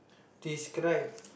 describe